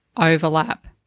overlap